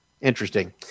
interesting